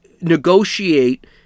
negotiate